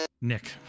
Nick